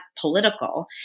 political